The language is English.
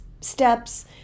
steps